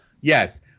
Yes